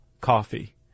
coffee